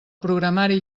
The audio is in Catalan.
programari